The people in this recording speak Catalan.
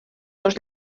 dos